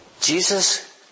Jesus